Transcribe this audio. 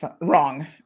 wrong